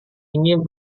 ingin